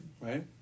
right